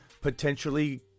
potentially